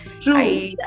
True